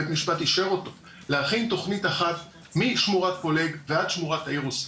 בית משפט אישר אותו להכין תכנית אחת משמורת פולג ועד שמורת האירוסים,